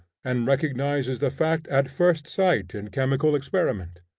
and recognizes the fact at first sight in chemical experiment.